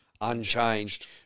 unchanged